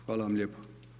Hvala vam lijepo.